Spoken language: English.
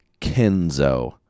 Kenzo